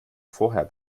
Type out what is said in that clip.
vorher